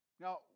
Now